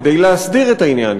כדי להסדיר את העניין,